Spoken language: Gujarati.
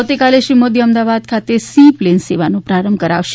આવતીકાલે શ્રી મોદી અમદાવાદ ખાતે સી પ્લેન સેવાનો પ્રારંભ કરાવશે